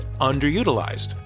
underutilized